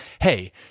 hey